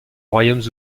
royaumes